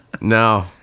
no